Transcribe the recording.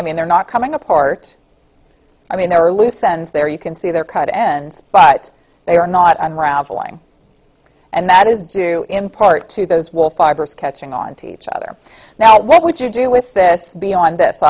i mean they're not coming apart i mean there are loose ends there you can see their cut ends but they are not unraveling and that is due in part to those will fibers catching onto each other now what would you do with this beyond th